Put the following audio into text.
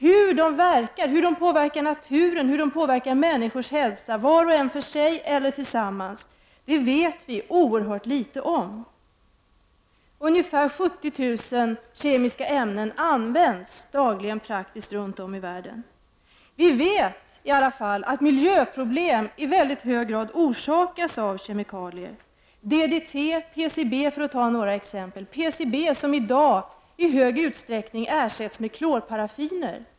Hur de påverkar naturen och människors hälsa, var en och för sig eller tillsammans, vet vi oerhört litet om. Ungefär 70 000 kemiska ämnen används dagligen runt om i världen. Vi vet att miljöproblem i mycket hög grad orsakas av kemikalier, som DDT och PCB. PCB ersätts i dag i stor utsträckning med klorparaffiner, som visar sig — Prot.